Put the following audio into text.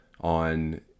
on